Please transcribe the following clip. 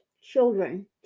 children